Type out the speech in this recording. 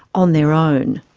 on their own.